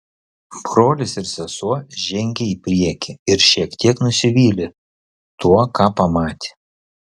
brolis ir sesuo žengė į priekį ir šiek tiek nusivylė tuo ką pamatė